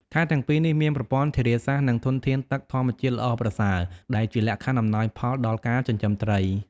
ខេត្តទាំងពីរនេះមានប្រព័ន្ធធារាសាស្ត្រ និងធនធានទឹកធម្មជាតិល្អប្រសើរ ដែលជាលក្ខខណ្ឌអំណោយផលដល់ការចិញ្ចឹមត្រី។